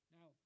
Now